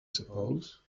suppose